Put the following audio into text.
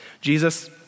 Jesus